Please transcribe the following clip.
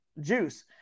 juice